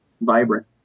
vibrant